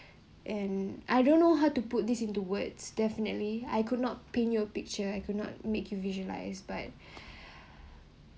and I don't know how to put this into words definitely I could not paint your picture I could not make you visualise but